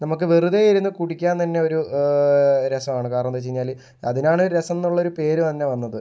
നമ്മൾക്ക് വെറുതെ ഇരുന്ന് കുടിക്കാന് തന്നെ ഒരു രസമാണ് കാരണം എന്താ വെച്ചു കഴിഞ്ഞാല് അതിനാണ് രസം എന്നുള്ളൊരു പേരുതന്നെ വന്നത്